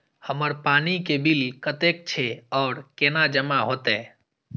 हमर पानी के बिल कतेक छे और केना जमा होते?